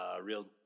real